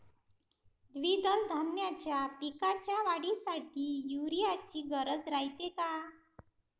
द्विदल धान्याच्या पिकाच्या वाढीसाठी यूरिया ची गरज रायते का?